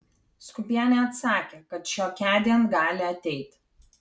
skūpienė atsakė kad šiokiądien gali ateit